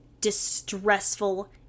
distressful